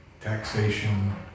taxation